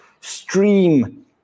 stream